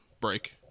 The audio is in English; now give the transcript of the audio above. break